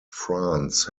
france